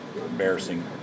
embarrassing